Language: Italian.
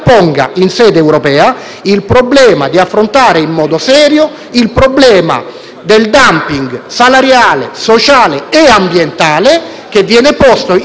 salariale, sociale e ambientale che viene posto in questa fase all'Occidente. Passo ora, velocemente, alla questione Cina.